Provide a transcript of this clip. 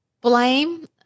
blame